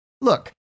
Look